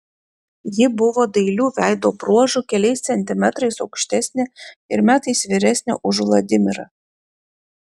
ji buvo dailių veido bruožų keliais centimetrais aukštesnė ir metais vyresnė už vladimirą